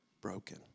broken